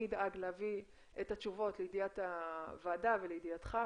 אני אדאג להביא את התשובות לידיעת הוועדה ולידיעתך,